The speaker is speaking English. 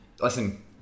Listen